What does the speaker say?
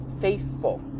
faithful